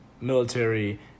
military